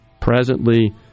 Presently